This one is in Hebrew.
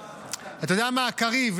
--- אתה יודע מה, קריב?